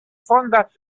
фонда